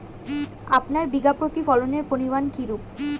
আপনার বিঘা প্রতি ফলনের পরিমান কীরূপ?